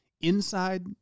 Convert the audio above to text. inside